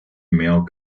male